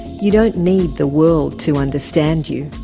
you don't need the world to understand you.